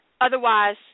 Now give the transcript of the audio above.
Otherwise